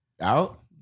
Out